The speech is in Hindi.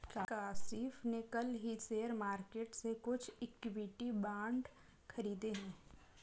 काशिफ़ ने कल ही शेयर मार्केट से कुछ इक्विटी बांड खरीदे है